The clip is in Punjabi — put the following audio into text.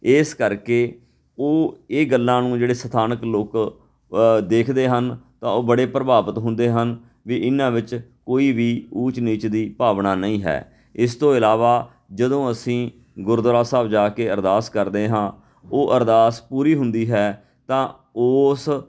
ਇਸ ਕਰਕੇ ਉਹ ਇਹ ਗੱਲਾਂ ਨੂੰ ਜਿਹੜੇ ਸਥਾਨਕ ਲੋਕ ਦੇਖਦੇ ਹਨ ਤਾਂ ਉਹ ਬੜੇ ਪ੍ਰਭਾਵਿਤ ਹੁੰਦੇ ਹਨ ਵੀ ਇਹਨਾਂ ਵਿੱਚ ਕੋਈ ਵੀ ਊਚ ਨੀਚ ਦੀ ਭਾਵਨਾ ਨਹੀਂ ਹੈ ਇਸ ਤੋਂ ਇਲਾਵਾ ਜਦੋਂ ਅਸੀਂ ਗੁਰਦੁਆਰਾ ਸਾਹਿਬ ਜਾ ਕੇ ਅਰਦਾਸ ਕਰਦੇ ਹਾਂ ਉਹ ਅਰਦਾਸ ਪੂਰੀ ਹੁੰਦੀ ਹੈ ਤਾਂ ਉਸ